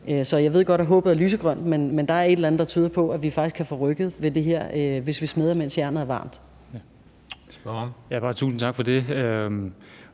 Jeg ved godt, at håbet er lysegrønt, men der er et eller andet, der tyder på, at vi faktisk kan få rykket ved det her, hvis vi smeder, mens jernet er varmt. Kl. 17:11 Den